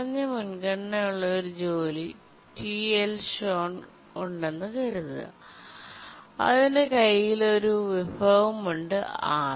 കുറഞ്ഞ മുൻഗണന ഉള്ള ഒരു ജോലി T Lshown ഉണ്ടെന്ന് കരുതുക അതിൻറെ കയ്യിൽ ഉണ്ട് ഒരു വിഭവം ഉണ്ട് R